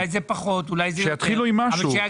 שיתחילו עם משהו.